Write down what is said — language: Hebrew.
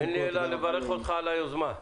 אין לי אלא לברך אותך על היוזמה.